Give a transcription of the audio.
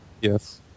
Yes